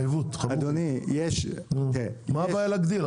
אדוני -- מה הבעיה להגדיר?